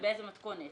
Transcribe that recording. ובאיזו מתכונת.